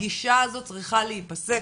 הגישה הזו צריכה להיפסק.